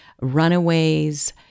runaways